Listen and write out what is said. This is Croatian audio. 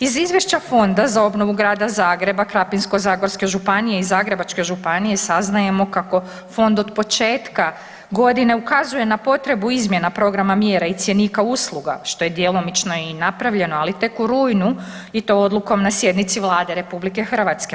Iz izvješća Fonda za obnovu Grada Zagreba, Krapinsko-zagorske županije i Zagrebačke županije saznajemo kako fond od početka godine ukazuje na potrebu izmjena programa mjera i cjenika usluga, što je djelomično i napravljeno ali tek u rujnu i to odlukom na sjednici Vlade RH.